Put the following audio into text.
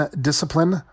discipline